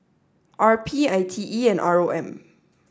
R P I T E and R O M